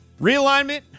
Realignment